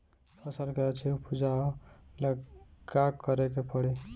फसल के अच्छा उपजाव ला का करे के परी?